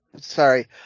Sorry